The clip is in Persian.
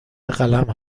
قلم